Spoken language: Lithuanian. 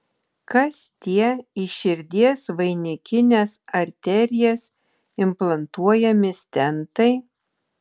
kas tie į širdies vainikines arterijas implantuojami stentai